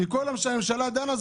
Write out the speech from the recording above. כי כל עוד שהממשלה דנה,